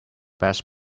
best